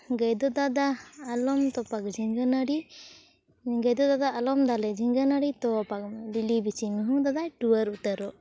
ᱜᱟᱹᱭ ᱫᱚ ᱫᱟᱫᱟ ᱟᱞᱚᱢ ᱛᱚᱯᱟᱜᱽ ᱡᱷᱤᱸᱜᱟᱹ ᱱᱟᱹᱲᱤ ᱜᱟᱹᱭ ᱫᱚ ᱫᱟᱫᱟ ᱟᱞᱚᱢ ᱫᱟᱞᱮ ᱡᱷᱤᱸᱜᱟᱹ ᱱᱟᱹᱲᱤ ᱛᱚᱻᱯᱟᱜᱽᱢᱮ ᱞᱤᱞᱤᱵᱤᱪᱷᱤ ᱢᱤᱦᱩ ᱫᱟᱫᱟᱭ ᱴᱩᱣᱟᱹᱨ ᱩᱛᱟᱹᱨᱚᱜ